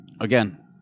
again